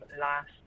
last